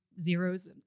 zeros